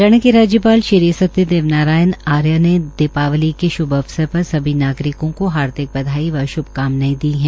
हरियाणा के राज्यपाल श्री सत्यदेव नारायण आर्य ने दीपावली के शुभ अवसर पर सभी नागरिकों को हार्दिक बधाई व श्भकामनाएं दी हैं